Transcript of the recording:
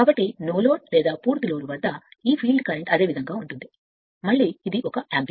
కాబట్టి no load లేదా పూర్తి ఒరాట్ వద్ద ఈ లోడ్ ఫీల్డ్ కరెంట్ అదే విధంగా ఉంటుంది మళ్ళీ ఇది 1 యాంపియర్